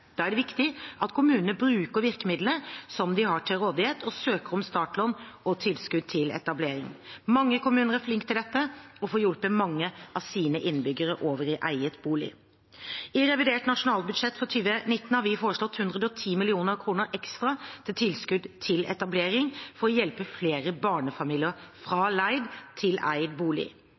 Da er det viktig at kommunene bruker virkemidlene som de har til rådighet, og søker om startlån og tilskudd til etablering. Mange kommuner er flinke til dette og får hjulpet mange av sine innbyggere over i eiet bolig. I revidert nasjonalbudsjett for 2019 har vi foreslått 110 mill. kr ekstra til tilskudd til etablering for å hjelpe flere barnefamilier fra leid til eid bolig.